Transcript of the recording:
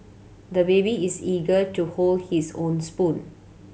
the baby is eager to hold his own spoon